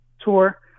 tour